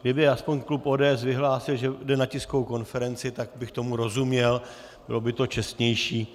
Kdyby aspoň klub ODS vyhlásil, že jde na tiskovou konferenci, tak bych tomu rozuměl, bylo by to čestnější.